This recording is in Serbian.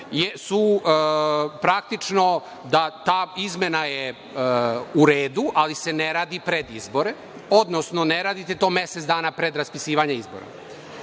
praktično ta izmena je u redu, ali se ne radi pred izbore, odnosno ne radite to meseca dana pred raspisivanje izbora. Druga